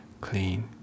clean